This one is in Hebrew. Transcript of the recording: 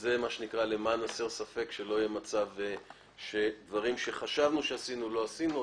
וזה כדי שלא יהיה מצב שדברים שחשבנו שעשינו לא עשינו.